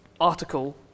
article